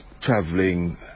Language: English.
traveling